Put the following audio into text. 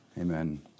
Amen